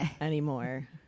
anymore